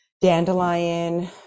dandelion